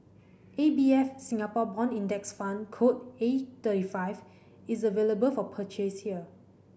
A B F Singapore Bond Index Fund code A thirty five is available for purchase here